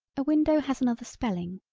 a window has another spelling,